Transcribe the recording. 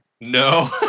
No